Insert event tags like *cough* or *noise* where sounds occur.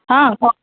हा *unintelligible*